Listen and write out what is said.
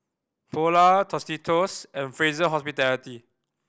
Polar Tostitos and Fraser Hospitality